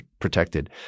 protected